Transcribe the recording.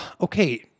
okay